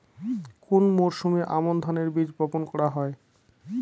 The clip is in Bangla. কোন মরশুমে আমন ধানের বীজ বপন করা হয়?